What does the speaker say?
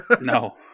No